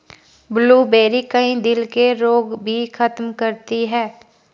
blueberry, कई दिल के रोग भी खत्म करती है